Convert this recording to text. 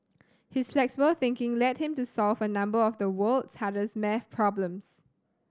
his flexible thinking led him to solve a number of the world's hardest maths problems